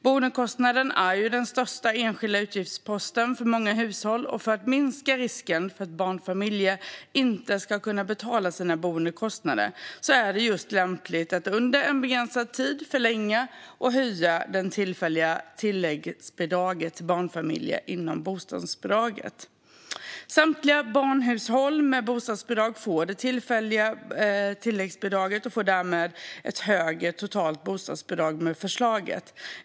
Boendekostnaden är ju den största enskilda utgiftsposten för många hushåll, och för att minska risken att barnfamiljer inte ska kunna betala sina boendekostnader är det lämpligt att under en begränsad tid förlänga och höja det tillfälliga tilläggsbidraget till barnfamiljer inom bostadsbidraget. Samtliga barnhushåll med bostadsbidrag får det tillfälliga tilläggsbidraget och får därmed ett högre totalt bostadsbidrag med förslaget.